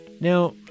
Now